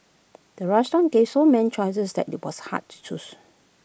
the restaurant gave so many choices that IT was hard to choose